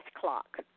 Clock